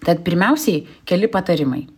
tad pirmiausiai keli patarimai